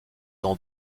dans